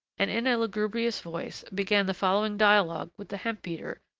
and, in a lugubrious voice, began the following dialogue with the hemp-beater,